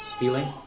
feeling